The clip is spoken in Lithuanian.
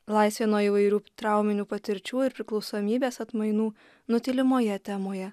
laisvė nuo įvairių trauminių patirčių ir priklausomybės atmainų nutylimoje temoje